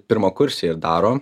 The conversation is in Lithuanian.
pirmakursiai ir daro